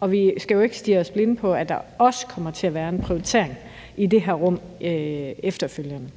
og vi skal jo ikke stirre os blinde på, at der også kommer til at være en prioritering i det her rum efterfølgende.